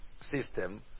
system